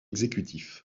exécutif